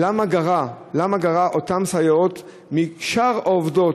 למה נגרע אותן סייעות משאר העובדות,